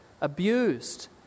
abused